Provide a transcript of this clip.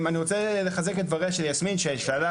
אני רוצה לחזק את דבריה של יסמין ששאלה